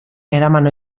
eraman